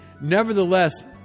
nevertheless